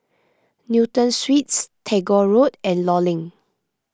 Newton Suites Tagore Road and Law Link